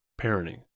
parenting